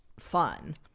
fun